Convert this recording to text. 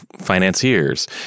financiers